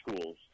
schools